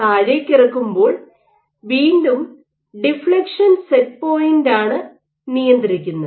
താഴേക്കിറക്കുമ്പോൾ വീണ്ടും deflection set പോയിന്റാണ് നിയന്ത്രിക്കുന്നത്